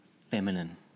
feminine